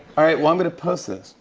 alright. well, i'm going to post this.